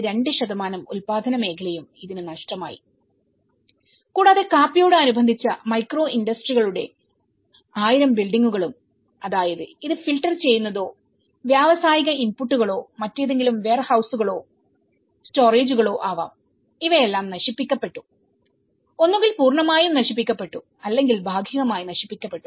2 ഉൽപ്പാദന മേഖലയും ഇതിന് നഷ്ടമായികൂടാതെ കാപ്പിയോട് അനുബന്ധിച്ച മൈക്രോ ഇൻഡസ്ട്രികളുടെ 1000 ബിൽഡിങ്ങുകളും അതായത് ഇത് ഫിൽട്ടർ ചെയ്യുന്നതോ വ്യാവസായിക ഇൻപുട്ടുകളോ മറ്റേതെങ്കിലും വെയർഹൌസുകളോ സ്റ്റോറേജുകളോ ആവാംഇവയെല്ലാം നശിപ്പിക്കപ്പെട്ടു ഒന്നുകിൽ പൂർണ്ണമായും നശിപ്പിക്കപ്പെട്ടു അല്ലെങ്കിൽ ഭാഗികമായി നശിപ്പിക്കപ്പെട്ടു